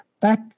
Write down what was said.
back